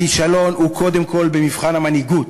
הכישלון הוא קודם כול במבחן המנהיגות,